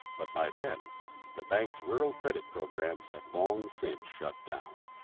but by then the bank's rural credit programs had long since shut down.